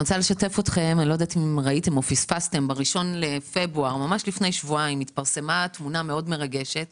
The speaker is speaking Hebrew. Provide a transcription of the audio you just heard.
אני רוצה לשתף אתכם שב-1 בפברואר התפרסמה תמונה מאוד מרגשת